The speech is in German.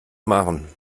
machen